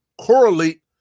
correlate